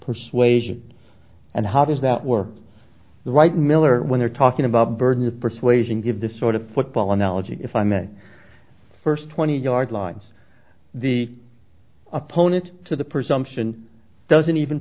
persuasion and how does that were the right miller when you're talking about burden of persuasion give this sort of football analogy if i may first twenty yards lines the opponent to the perception doesn't even